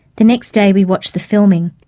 the next day we watched the filming.